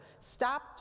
Stop